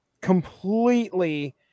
completely